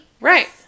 Right